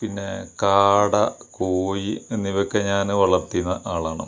പിന്നെ കാട കോഴി എന്നിവയൊക്കെ ഞാൻ വളർത്തിയിരുന്ന ആളാണ്